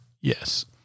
yes